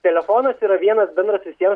telefonas yra vienas bendras visiem